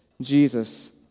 Jesus